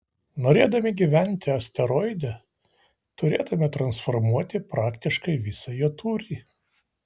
norėdami gyventi asteroide turėtumėme transformuoti praktiškai visą jo tūrį